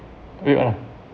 be ah